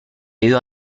ido